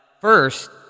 first